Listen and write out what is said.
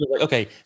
Okay